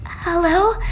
Hello